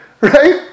Right